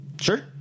Sure